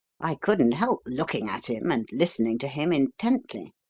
i couldn't help looking at him and listening to him intently.